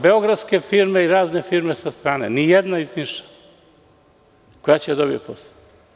Beogradske firme i razne firme sa strane,a nijedna iz Niša, koja će da dobije posao.